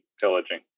pillaging